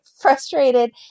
Frustrated